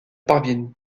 parviennent